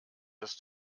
dass